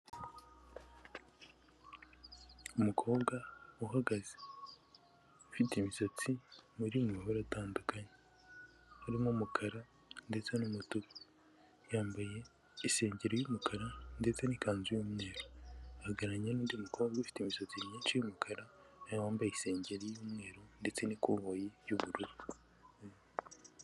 Umukobwa uhagaze ufite imisatsi uri mu mabara atandukanye, harimo umukara ndetse n'umutuku. Yambaye isengeri y'umukara ndetse n'ikanzu y'umweru, ahagararanye n'undi mukobwa ufite imisatsi myinshi y'umukara nawe wambaye isengeri y'umweru ndetse n'ikoboyi y'ubururu.